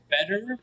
better